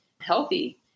healthy